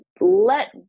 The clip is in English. let